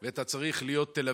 ושאתה צריך להיות תל אביבי,